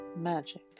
magic